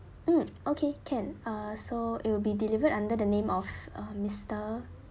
mm okay can uh so it will be delivered under the name of uh mister